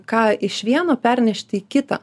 ką iš vieno pernešti į kitą